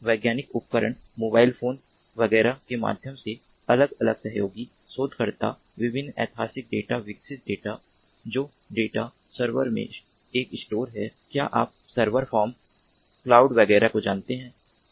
वैज्ञानिक उपकरण mobile phone वगैरह के माध्यम से अलग अलग सहयोगी शोधकर्ता विभिन्न ऐतिहासिक डेटा विरासत डेटा जो डेटा सर्वर में एक स्टोर है क्या आप सर्वर फॉर्म क्लाउड वगैरह को जानते हैं